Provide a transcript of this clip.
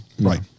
Right